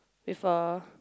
with a